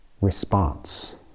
response